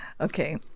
Okay